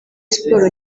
siporo